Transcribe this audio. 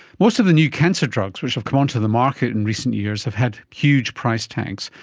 most of the new cancer drugs which have come onto the market in recent years have had huge price tags,